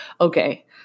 Okay